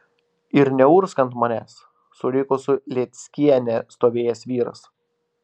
ir neurgzk ant manęs suriko su lėckiene stovėjęs vyras